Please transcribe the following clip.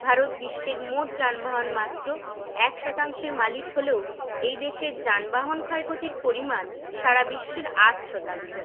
ভারত বিশ্বের মোট যানবাহন মাত্র এক শতাংশের মালিক হলেও এই দেশের যানবাহন ক্ষয় ক্ষতির পরিমাণ সারা বিশ্বের আট শতাংশ